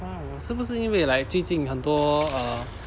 oh 是不是因为 like 最近很多 err